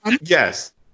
Yes